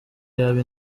yaba